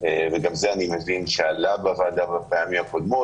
וגם זה אני מבין שעלה בוועדה בפעמים הקודמות.